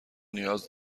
نیاز